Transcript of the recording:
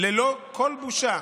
ללא כל בושה